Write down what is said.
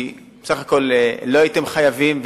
כי בסך הכול לא הייתם חייבים,